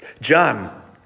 John